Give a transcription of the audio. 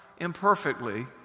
imperfectly